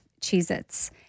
Cheez-Its